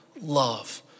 love